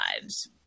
lives